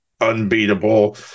unbeatable